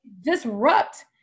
disrupt